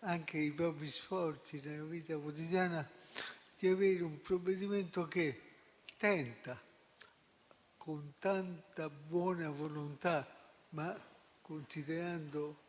anche con i propri sforzi nella vita quotidiana, di pensare ad un provvedimento che tenti, con tanta buona volontà, ma considerando